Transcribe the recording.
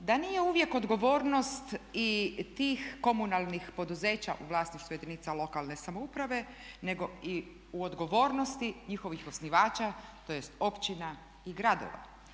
da nije uvijek odgovornost i tih komunalnih poduzeća u vlasništvu jedinica lokalne samouprave nego i u odgovornosti njihovih osnivača tj. općina i gradova.